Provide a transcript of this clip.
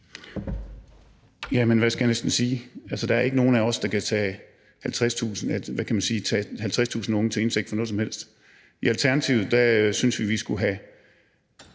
Jamen hvad skal jeg næsten sige? Der er ikke nogen af os, der kan tage 50.000 unge til indtægt for noget som helst. I Alternativet synes vi, at man skulle have